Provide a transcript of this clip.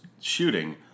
shooting